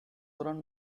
run